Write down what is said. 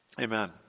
Amen